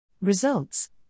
Results